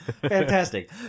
Fantastic